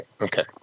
Okay